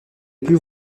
plus